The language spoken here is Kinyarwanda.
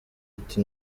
ati